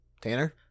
Tanner